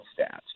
stats